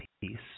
peace